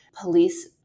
police